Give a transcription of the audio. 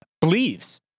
believes